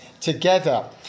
together